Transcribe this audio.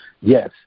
yes